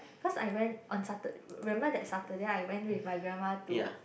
cause I went on Satur~ remember that Saturday I went with my grandma to